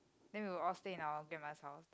then we all stay in our grandma's house like